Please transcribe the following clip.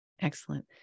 Excellent